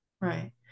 Right